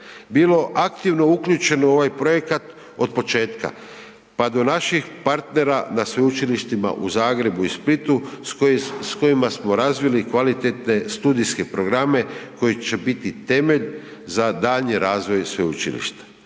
bilo aktivno uključeno u ovaj projekat od početka pa do naših partnera na sveučilištima u Zagrebu i Splitu s kojima smo razvili kvalitetne studijske programe koji će biti temelj za daljnji razvoj sveučilište.